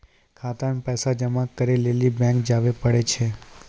खाता मे पैसा जमा करै लेली बैंक जावै परै छै